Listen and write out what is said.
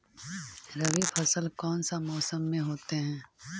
रवि फसल कौन सा मौसम में होते हैं?